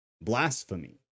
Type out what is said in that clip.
blasphemy